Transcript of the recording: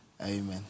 Amen